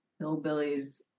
hillbillies